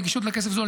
נגישות לכסף זול,